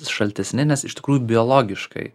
šaltesni nes iš tikrųjų biologiškai